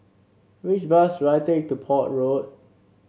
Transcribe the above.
which bus should I take to Port Road